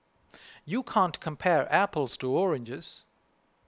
you can't compare apples to oranges